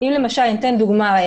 אני אתן דוגמה.